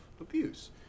Abuse